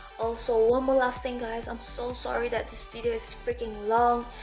also, one more last thing guys. i'm so sorry that this video is freaking long,